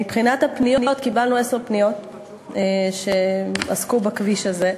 1. קיבלנו עשר פניות שעסקו בכביש הזה.